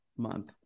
month